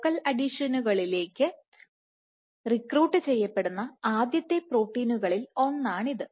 focal അഡിഷനുകളിലേക്ക് recruit ചെയ്യപ്പെടുന്ന ആദ്യത്തെ പ്രോട്ടീനുകളിൽ ഒന്നാണിത്